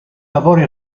lavori